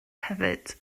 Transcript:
hefyd